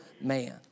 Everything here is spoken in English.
man